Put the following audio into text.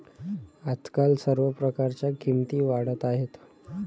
आजकाल सर्व प्रकारच्या किमती वाढत आहेत